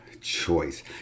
choice